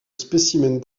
spécimens